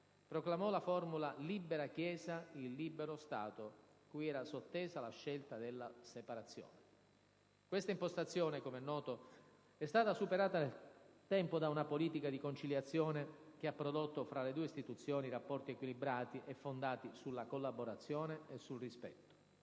proclamò la formula «libera Chiesa in libero Stato», cui era sottesa la scelta della separazione. Questa impostazione, com'è noto, è stata superata nel tempo da una politica di conciliazione che ha prodotto fra le due istituzioni rapporti equilibrati e fondati sulla collaborazione e sul rispetto.